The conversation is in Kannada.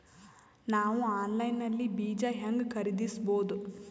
ನಾವು ಆನ್ಲೈನ್ ನಲ್ಲಿ ಬೀಜ ಹೆಂಗ ಖರೀದಿಸಬೋದ?